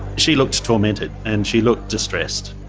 she looked tormented and she looked distressed.